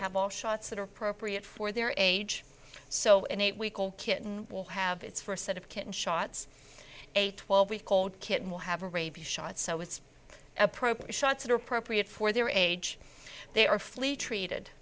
have all shots that are appropriate for their age so an eight week old kitten will have its first set of kitten shots a twelve week old kitten will have a rabies shot so it's appropriate shots that are appropriate for their age they are flea treated